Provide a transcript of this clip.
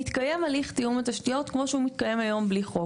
מתקיים הליך תיאום התשתיות כמו שהוא מתקיים היום בלי חוק.